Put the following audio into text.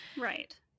Right